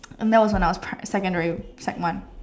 and that was when I was secondary sec one